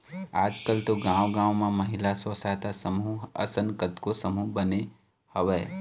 आजकल तो गाँव गाँव म महिला स्व सहायता समूह असन कतको समूह बने हवय